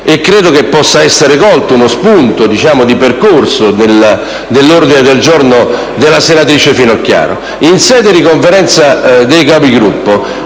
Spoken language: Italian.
e credo possa essere colto uno spunto di percorso nell'ordine del giorno della senatrice Finocchiaro - che in sede di Conferenza dei Capigruppo